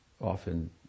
often